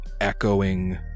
echoing